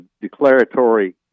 declaratory